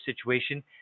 situation